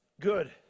good